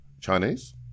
Chinese